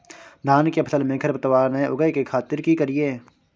धान के फसल में खरपतवार नय उगय के खातिर की करियै?